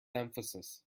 emphasis